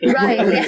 right